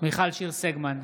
מיכל שיר סגמן,